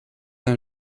d’un